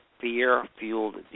Fear-Fueled